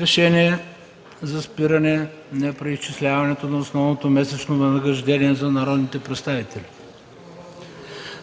Решението за спиране на преизчисляване на основното месечно възнаграждение на народните представители: